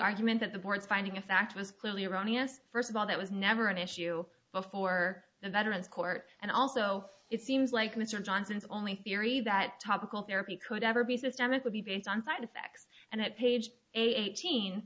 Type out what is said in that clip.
argument that the board's finding of fact was clearly erroneous first of all that was never an issue before the veterans court and also it seems like mr johnson's only theory that topical therapy could ever be systemic would be based on side effects and at page eighteen